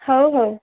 ହଉ ହଉ